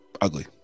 ugly